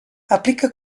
aplica